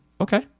Okay